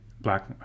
Black